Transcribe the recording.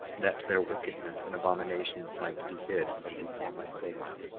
that their wickedness and abominations might be hid from before my face,